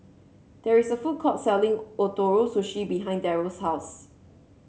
there is a food court selling Ootoro Sushi behind Darrel's house